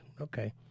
Okay